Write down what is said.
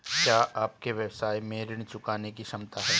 क्या आपके व्यवसाय में ऋण चुकाने की क्षमता है?